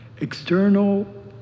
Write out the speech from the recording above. External